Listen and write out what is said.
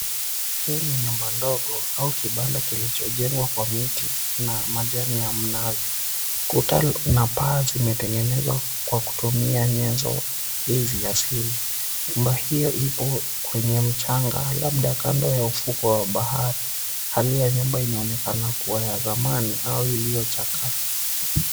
Hii ni nyumba ndogo au kibanda kilichojengwa kwa miti na majani ya mnazi. Kuta na paa zimetengenezwa kwa kutiumia nyanzo hizi asili. Nyumba hiyo ipo kwenye mchanga labda kando ya ufukwe wa bahari. Hali ya nyumba inaonekana ya zamani au iliyochakaa.